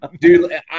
dude